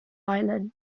island